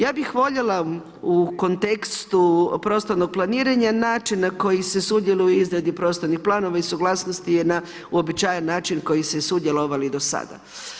Ja bi voljela u kontekstu prostornog planiranja, način na koji se sudjeluje u izradi prostornih planova i suglasnost je na uobičajen način, koji ste sudjelovali i do sada.